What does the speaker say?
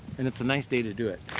and it's a nice day to do it.